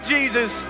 Jesus